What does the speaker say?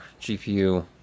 GPU